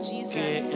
Jesus